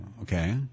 Okay